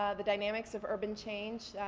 um the dynamics of urban change.